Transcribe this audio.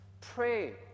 pray